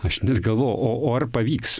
aš net galvojau o o ar pavyks